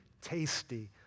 tasty